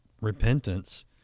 repentance